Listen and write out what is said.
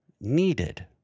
needed